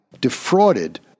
defrauded